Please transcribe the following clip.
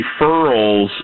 referrals